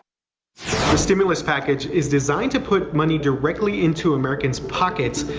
stimulus package is designed to put money directly into americans pockets,